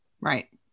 right